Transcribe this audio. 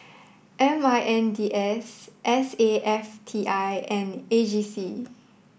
M I N D S S A F T I and A G C